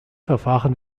verfahren